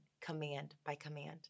command-by-command